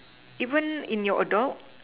even in your adult